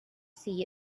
see